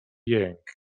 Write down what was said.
jęk